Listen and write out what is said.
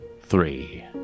Three